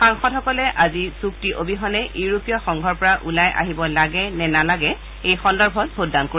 সাংসদসকলে আজি চুক্তি অবিহনে ইউৰোপীয় সংঘৰ পৰা ওলাই আহিব লাগে নে নেলাগে সেই সন্দৰ্ভত ভোটদান কৰিব